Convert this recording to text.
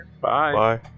Bye